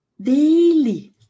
Daily